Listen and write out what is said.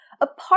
Apart